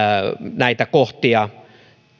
näitä kohtia